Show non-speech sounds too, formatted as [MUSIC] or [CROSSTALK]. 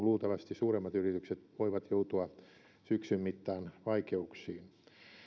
[UNINTELLIGIBLE] luultavasti suuremmat yritykset voivat joutua syksyn mittaan vaikeuksiin